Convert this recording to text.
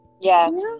Yes